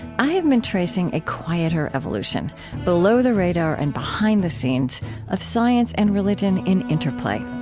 i have been tracing a quieter evolution below the radar and behind the scenes of science and religion in interplay.